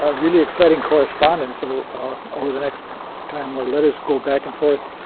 ah really exciting correspondence so over the next time where letters go back and forth,